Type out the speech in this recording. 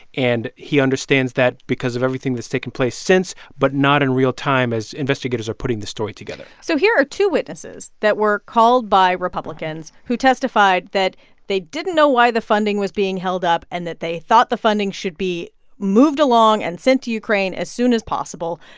and he understands that because of everything that's taken place since but not in real time as investigators are putting the story together so here are two witnesses that were called by republicans who testified that they didn't know why the funding was being held up and that they thought the funding should be moved along and sent to ukraine as soon as possible.